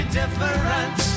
different